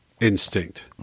instinct